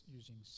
using